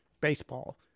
baseball